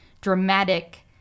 dramatic